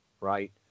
right